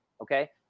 Okay